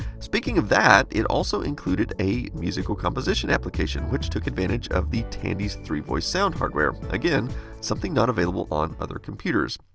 speaking of that, it also included a musical composition application which took advantage of the tandy's three voice sound hardware, again something not available on other computers.